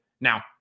Now